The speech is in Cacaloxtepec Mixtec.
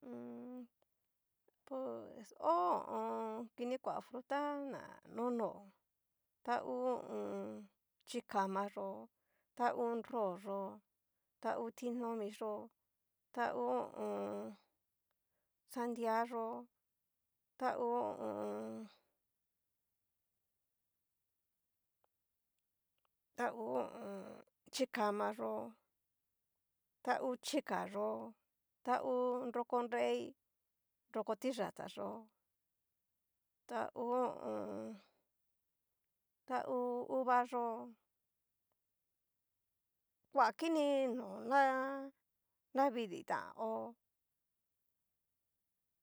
Mmm pus ho o on. kini kua fruta na nono a hu ho o on. chikama yo'o, ta ngu nró'o yó, ta hu ti nomi yó, ta ngu ho o on. sandia yó, ta hu ho o on. ta ngu ho o on. chikama yó, tá hu chika yó, ta hu nroko nrei, nroko tiyatá yó, ta hu ho o on. ta hu uva yó, koa kini no ná. navidii tan hó.